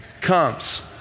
comes